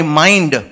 mind